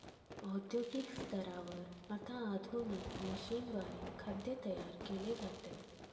औद्योगिक स्तरावर आता आधुनिक मशीनद्वारे खाद्य तयार केले जाते